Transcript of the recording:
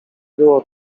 było